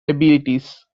abilities